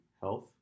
health